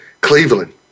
Cleveland